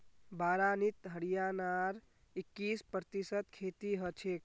बारानीत हरियाणार इक्कीस प्रतिशत खेती हछेक